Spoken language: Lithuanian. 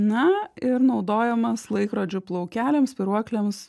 na ir naudojamas laikrodžių plaukeliams spyruoklėms